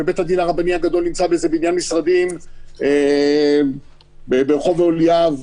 ובית הדין הרבני הגדול נמצא באיזה בניין משרדים ברחוב אהליאב.